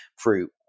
fruit